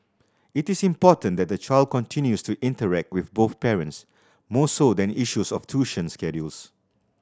it is important that the child continues to interact with both parents more so than issues of tuition schedules